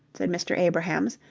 said mr. abrahams,